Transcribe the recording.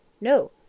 No